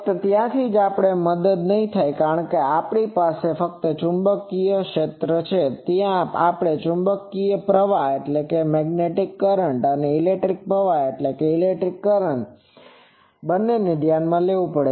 ફક્ત ત્યાં જ આપણી મદદ નહીં થાય કારણ કે અહીં આપણી પાસે ફક્ત ચુંબકીય પ્રવાહ છે ત્યાં આપણે ચુંબકીય પ્રવાહ અને ઇલેક્ટ્રિક પ્રવાહ બંને ધ્યાનમાં લેવું પડશે